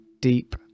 deep